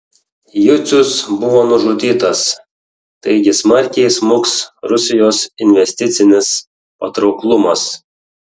jucius buvo nužudytas taigi smarkiai smuks rusijos investicinis patrauklumas